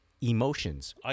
emotions